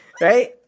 Right